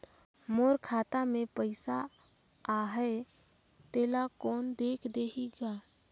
मोर खाता मे पइसा आहाय तेला कोन देख देही गा?